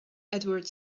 edward